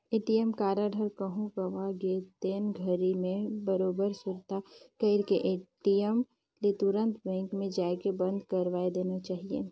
ATM card ह कहूँ गवा गे तेन घरी मे बरोबर सुरता कइर के ए.टी.एम ले तुंरत बेंक मे जायके बंद करवाये देना चाही